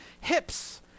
Hips